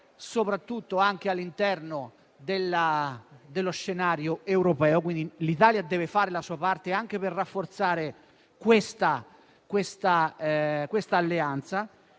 soprattutto all'interno dello scenario europeo; l'Italia deve fare la sua parte per rafforzare anche questa alleanza.